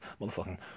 Motherfucking